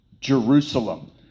Jerusalem